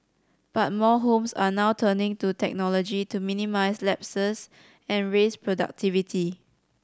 but more homes are now turning to technology to minimise lapses and raise productivity